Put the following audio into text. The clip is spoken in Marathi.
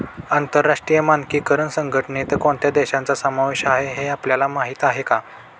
आंतरराष्ट्रीय मानकीकरण संघटनेत कोणत्या देशांचा समावेश आहे हे आपल्याला माहीत आहे का?